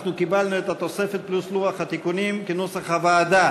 אנחנו קיבלנו את התוספת פלוס לוח התיקונים כנוסח הוועדה.